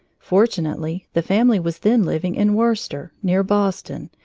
fortunately the family was then living in worcester, near boston,